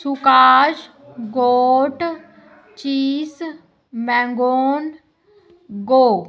ਸੂਕਾਸ਼ goat cheese ਮੈਂਗੋਨਗੋ